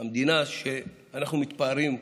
המדינה שאנחנו מתפארים בה,